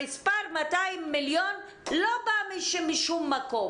המספר 200 מיליון לא בא משום מקום,